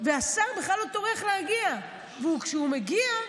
והשר בכלל לא טורח להגיע, וכשהוא מגיע,